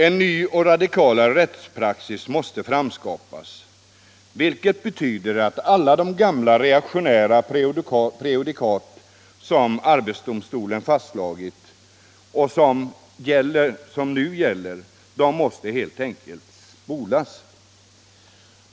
En ny och radikalare rättspraxis måsie framskapas, vilket betyder att alla gamla reaktionära prejudikat som arbetsdomstolen fastslagit och som nu gäller måste spolas, helt enkelt.